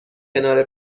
کنار